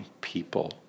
people